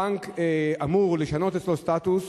הבנק אמור לשנות אצלו סטטוס,